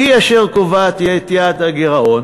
היא אשר קובעת את יעד הגירעון